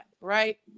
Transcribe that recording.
right